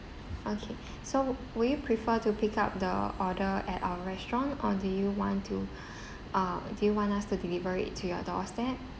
okay so wou~ would you prefer to pick up the order at our restaurant or do you want to uh do you want us to deliver it to your doorstep